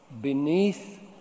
Beneath